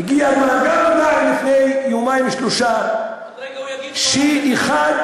הגיע אלי גם מידע, לפני יומיים-שלושה, שאחת,